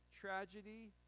tragedy